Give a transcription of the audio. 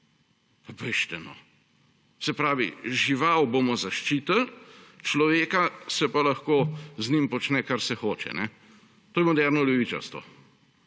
Bežite no! Se pravi, žival bomo zaščitili, s človekom se pa lahko počne, kar se hoče. To je moderno levičarstvo.